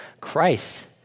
Christ